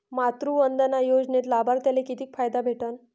मातृवंदना योजनेत लाभार्थ्याले किती फायदा भेटन?